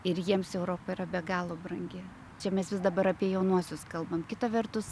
ir jiems europa yra be galo brangi čia mes vis dabar apie jaunuosius kalbam kita vertus